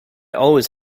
always